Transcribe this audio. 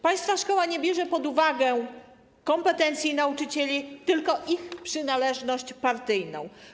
Państwa szkoła nie bierze pod uwagę kompetencji nauczycieli, tylko ich przynależność partyjną.